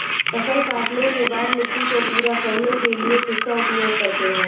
फसल काटने के बाद मिट्टी को पूरा करने के लिए किसका उपयोग करते हैं?